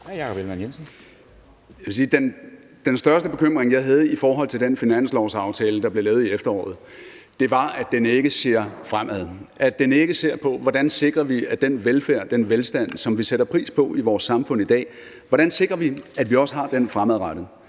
den største bekymring, jeg havde i forhold til den finanslovsaftale, der blev lavet i efteråret, var, at den ikke ser fremad, at den ikke ser på, hvordan vi sikrer, at vi også fremadrettet har den velfærd og den velstand, som vi sætter pris på i vores samfund. Hvordan sikrer vi, der er vækst i det